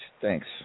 Thanks